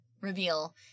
reveal